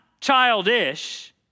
childish